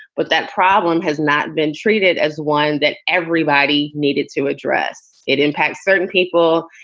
but that problem has not been treated as one that everybody needed to address. it impacts certain people.